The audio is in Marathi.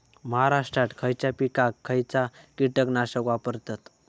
महाराष्ट्रात खयच्या पिकाक खयचा कीटकनाशक वापरतत?